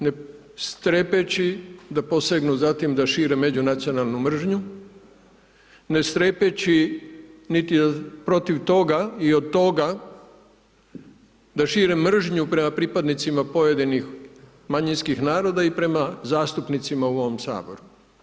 Ne strepeći da posegnu za tim da šire međunacionalnu mržnju, ne strepeći niti protiv toga i od toga da šire mržnju prema pripadnicima pojedinih manjinskih naroda i prema zastupnicima u ovom Saboru.